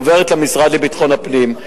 היא עוברת למשרד לביטחון הפנים.